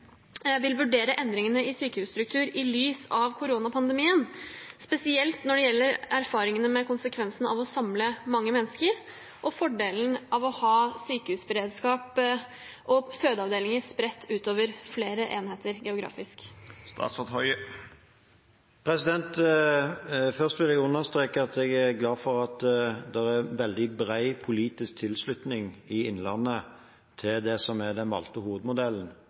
Vil statsråden vurdere endringene i sykehusstruktur i lys av koronapandemien, spesielt når det gjelder erfaringen med konsekvensene av å samle mange mennesker og fordelene ved å ha sykehusberedskap og fødeavdelinger spredt over flere enheter?» Først vil jeg understreke at jeg er glad for at det er veldig bred politisk tilslutning i Innlandet til det som er den valgte hovedmodellen,